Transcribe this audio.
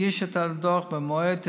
הגיש את הדוח במועד,